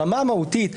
ברמה המהותית,